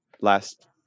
last